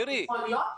יכול להיות,